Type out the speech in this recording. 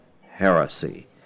heresy